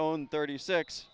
own thirty six